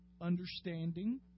understanding